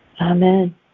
Amen